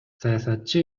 саясатчы